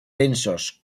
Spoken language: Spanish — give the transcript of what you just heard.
densos